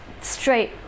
Straight